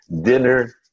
dinner